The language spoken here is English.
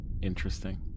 Interesting